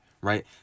right